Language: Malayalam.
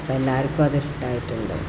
എല്ലാവർക്കും അതിഷ്ടമായിട്ടുണ്ട്